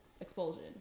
Expulsion